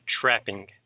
trapping